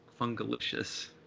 Fungalicious